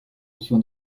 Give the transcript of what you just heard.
notion